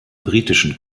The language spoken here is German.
britischen